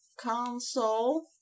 console